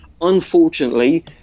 unfortunately